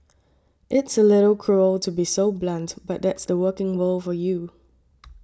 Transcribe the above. it's a little cruel to be so blunt but that's the working world for you